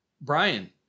Brian